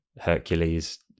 Hercules